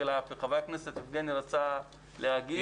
חבר הכנסת יבגני רצה להגיב.